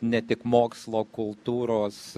ne tik mokslo kultūros